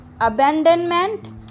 abandonment